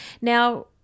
Now